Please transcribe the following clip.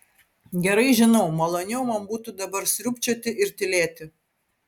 gerai žinau maloniau man būtų dabar sriubčioti ir tylėti